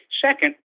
Second